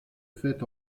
fêtes